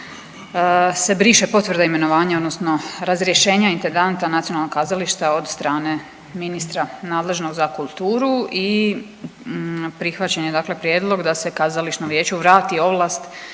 se briše potvrda imenovanja, odnosno razrješenja intendanta Nacionalnog kazališta od strane ministra nadležnog za kulturu i prihvaćen je dakle prijedlog da se Kazališnom vijeću vrati ovlast